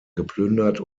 geplündert